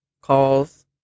calls